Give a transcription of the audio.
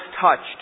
touched